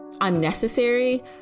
unnecessary